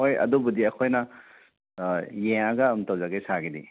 ꯍꯣꯏ ꯑꯗꯨꯕꯨꯗꯤ ꯑꯩꯈꯣꯏꯅ ꯌꯦꯡꯂꯒ ꯑꯗꯨꯝ ꯇꯧꯖꯒꯦ ꯁꯥꯔꯒꯤꯗꯤ